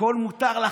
הכול מותר לכם.